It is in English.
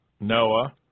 Noah